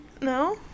No